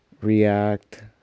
React